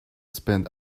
spend